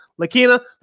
Lakina